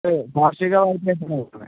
വാർഷിക വായ്പയാണ് നോക്കുന്നത്